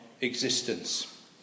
existence